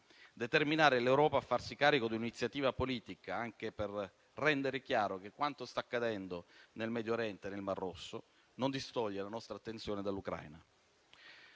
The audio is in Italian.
determinare l'Europa a farsi carico di un'iniziativa politica, anche per rendere chiaro che quanto sta accadendo nel Medio Oriente e nel Mar Rosso non distoglie la nostra attenzione dall'Ucraina.